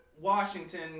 Washington